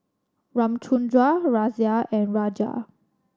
Ramchundra Razia and Raja